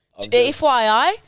FYI